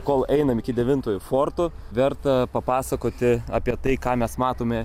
kol einam iki devintojo forto verta papasakoti apie tai ką mes matome